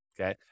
okay